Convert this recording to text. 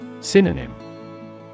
Synonym